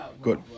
Good